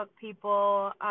people